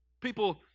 People